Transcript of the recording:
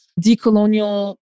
decolonial